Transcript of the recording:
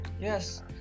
Yes